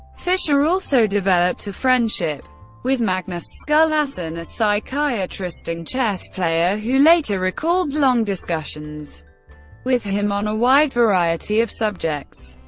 fischer also developed a friendship with magnus skulason, a psychiatrist and chess player who later recalled long discussions with him on a wide variety of subjects.